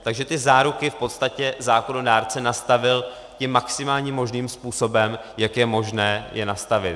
Takže ty záruky v podstatě zákonodárce nastavil tím maximálním možným způsobem, jak je možné je nastavit.